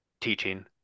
teaching